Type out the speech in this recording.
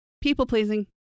People-pleasing